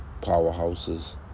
powerhouses